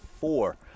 four